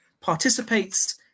participates